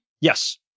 Yes